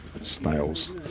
Snails